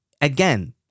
again